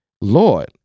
Lord